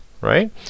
right